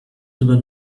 über